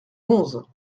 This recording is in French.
onze